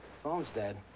phone's dead.